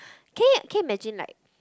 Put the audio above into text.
can you can you imagine like